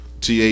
TA